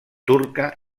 turca